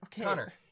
Connor